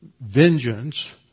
vengeance